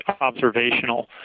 observational